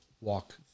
walk